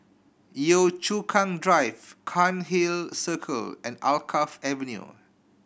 Yio Chu Kang Drive Cairnhill Circle and Alkaff Avenue